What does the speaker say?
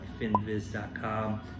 finviz.com